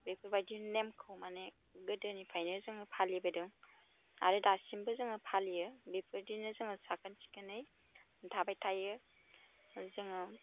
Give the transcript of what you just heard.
बेफोरबायदि नेमखौ माने गोदोनिफ्रायनो जोङो फालिबोदों आरो दासिमबो जोङो फालियो बिफोरबादिनो जोङो साखोन सिखोनै थाबाय थायो जोङो